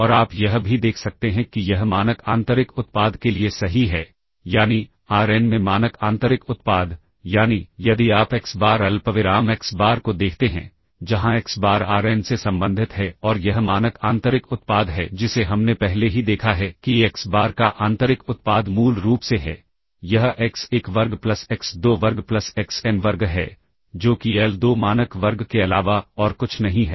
और आप यह भी देख सकते हैं कि यह मानक आंतरिक उत्पाद के लिए सही है यानी आर एन में मानक आंतरिक उत्पाद यानी यदि आप एक्स बार अल्पविराम एक्स बार को देखते हैं जहां एक्स बार आर एन से संबंधित है और यह मानक आंतरिक उत्पाद है जिसे हमने पहले ही देखा है कि एक्स बार का आंतरिक उत्पाद मूल रूप से है यह एक्स 1 वर्ग प्लस एक्स 2 वर्ग प्लस एक्स एन वर्ग है जो कि एल 2 मानक वर्ग के अलावा और कुछ नहीं है